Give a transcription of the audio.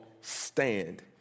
Stand